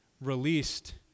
released